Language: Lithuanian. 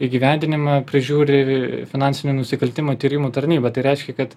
įgyvendinimą prižiūri finansinių nusikaltimų tyrimų tarnyba tai reiškia kad